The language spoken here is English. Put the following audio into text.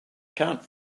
can’t